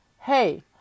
hey